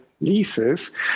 leases